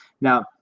Now